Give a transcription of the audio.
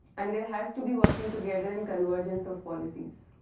and there are has to be working together and convergence of policies.